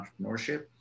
entrepreneurship